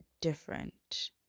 different